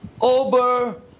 over